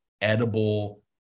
edible